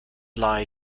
lie